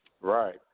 Right